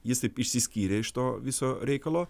jis taip išsiskyrė iš to viso reikalo